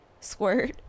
Squirt